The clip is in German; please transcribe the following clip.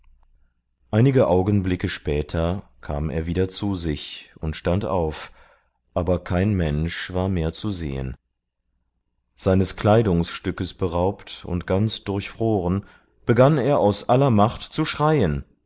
einige augenblicke später kam er wieder zu sich und stand auf aber kein mensch war mehr zu sehen seines kleidungsstückes beraubt und ganz durchfroren begann er aus aller macht zu schreien